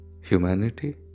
Humanity